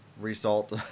result